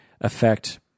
affect